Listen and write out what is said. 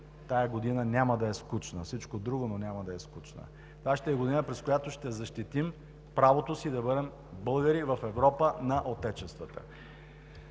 тази година няма да е скучна – всичко друго, но няма да е скучна. Това ще е година, през която ще защитим правото си да бъдем българи в Европа на отечествата.